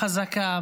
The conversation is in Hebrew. חזקה,